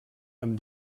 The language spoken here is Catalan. amb